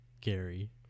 Gary